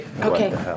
okay